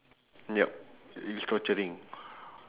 yup it is torturing